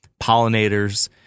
pollinators